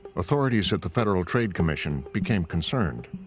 authorities at the federal trade commission became concerned.